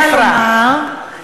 אנחנו מעודדים אותה.